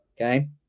Okay